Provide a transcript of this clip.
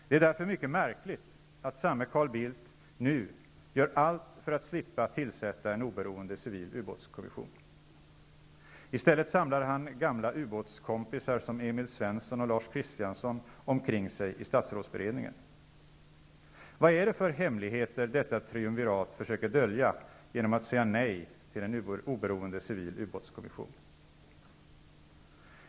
Det är därför mycket märkligt att samme Carl Bildt nu gör allt för att slippa tillsätta en oberoende civil ubåtskommission. I stället samlar han gamla ubåtskompisar som Emil Svensson och Lars Christiansson omkring sig i statsrådsberedningen. Vad är det för hemligheter detta triumvirat försöker dölja genom att säga nej till en oberoende civil ubåtskommission?